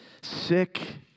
sick